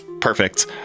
Perfect